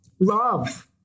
love